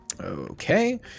okay